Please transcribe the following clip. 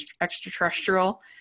extraterrestrial